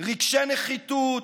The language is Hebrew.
רגשי נחיתות,